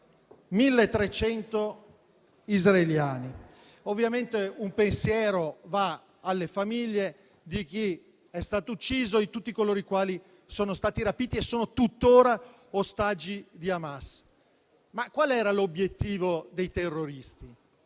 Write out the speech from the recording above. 1.300 israeliani. Un pensiero va alle famiglie di chi è stato ucciso e a tutti coloro i quali sono stati rapiti e sono tuttora ostaggi di Hamas. Qual era l'obiettivo dei terroristi?